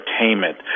entertainment